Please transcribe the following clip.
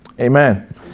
Amen